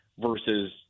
versus